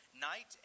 Night